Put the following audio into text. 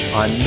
on